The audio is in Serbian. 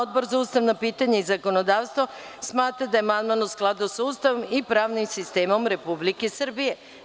Odbor za ustavna pitanja i zakonodavstvo smatra da je amandman u skladu sa Ustavom i pravnim sistemom Republike Srbije.